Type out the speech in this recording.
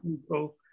people